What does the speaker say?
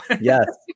Yes